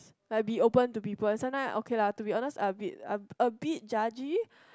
like be open to people sometimes okay lah to be honest I a bit a bit judge